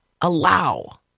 allow